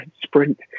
sprint